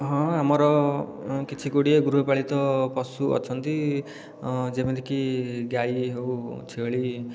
ହଁ ଆମର କିଛି ଗୁଡ଼ିଏ ଗୃହପାଳିତ ପଶୁ ଅଛନ୍ତି ଯେମିତିକି ଗାଈ ହେଉ ଛେଳି